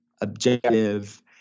objective